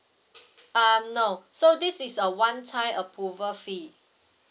um no so this is a one time approval fee